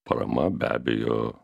parama be abejo